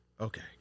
Okay